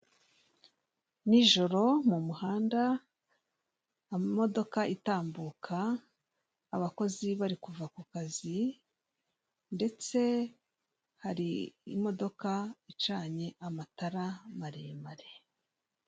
Nijoro mu muhanda, amamodoka itambuka, abakozi bari kuva ku kazi, ndetse hari imodoka icanye amatara maremare.